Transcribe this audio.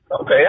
Okay